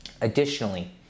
Additionally